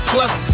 Plus